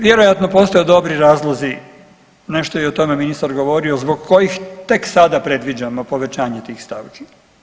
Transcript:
Vjerojatno postoje dobri razlozi, nešto je i o tome ministar govorio zbog kojih tek sada predviđamo povećanje tih stavki.